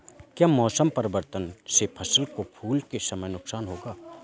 क्या मौसम परिवर्तन से फसल को फूल के समय नुकसान होगा?